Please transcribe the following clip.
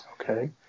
Okay